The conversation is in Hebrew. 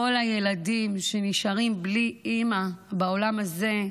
כל הילדים שנשארים בלי אימא בעולם הזה,